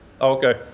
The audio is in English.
okay